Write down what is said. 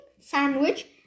sandwich